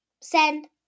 Send